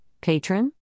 Patron